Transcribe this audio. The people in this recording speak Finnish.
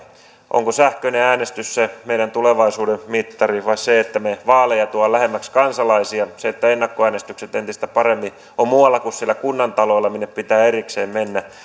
onko sähköinen äänestys se meidän tulevaisuuden mittarimme vai se että me vaaleja tuomme lähemmäksi kansalaisia sen eteen että ennakkoäänestykset entistä paremmin ovat muualla kuin siellä kunnantaloilla minne pitää erikseen mennä